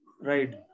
right